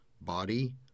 body